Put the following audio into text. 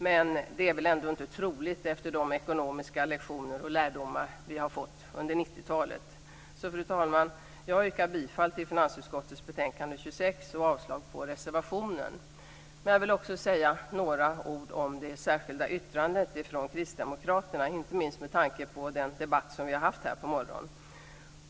Men det är väl ändå inte troligt efter de ekonomiska lektioner och lärdomar som vi har fått under 90-talet. Fru talman! Jag yrkar bifall till hemställan i finansutskottets betänkande 26 och avslag på reservationen. Jag vill också säga några ord om det särskilda yttrandet från kristdemokraterna, inte minst med tanke på den debatt som vi har haft här på morgonen.